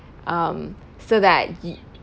um so that you